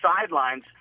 sidelines